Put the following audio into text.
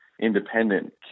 independent